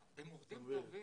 הם עובדים טובים.